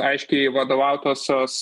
aiškiai vadovautosios